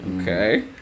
Okay